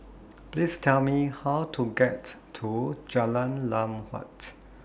Please Tell Me How to get to Jalan Lam Huat